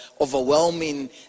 overwhelming